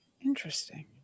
interesting